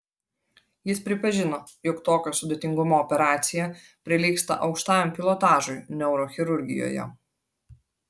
jis pripažino jog tokio sudėtingumo operacija prilygsta aukštajam pilotažui neurochirurgijoje